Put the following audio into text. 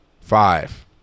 five